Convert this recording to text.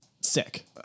Sick